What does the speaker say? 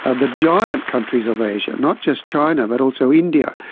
ah the giant countries of asia not just china, but also india,